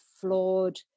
flawed